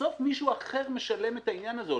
בסוף מישהו אחר משלם את העניין הזה.